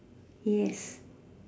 yes